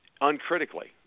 uncritically